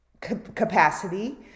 capacity